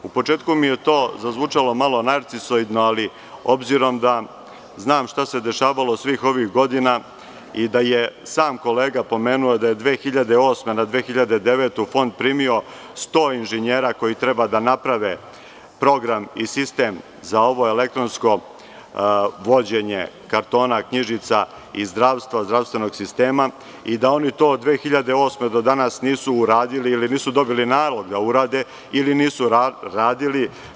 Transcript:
U početku mi je to zazvučalo malo narcisoidno, ali obzirom da znam šta se dešavalo svih ovih godina i sam kolega je pomenuo da je 2008. na 2009. godinu Fond primio sto inženjera koji treba da naprave program i sistem za ovo elektronsko vođenje kartona, knjižica i zdravstvenog sistema, kao i da oni to od 2008. godine do danas nisu uradili ili nisu dobili nalog da urade ili nisu radili.